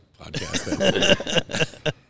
podcast